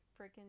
freaking